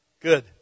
Good